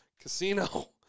Casino